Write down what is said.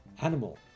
animal